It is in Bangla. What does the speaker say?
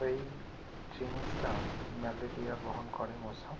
এই জিনিসটা ম্যালেরিয়া বহন করে মশা